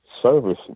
service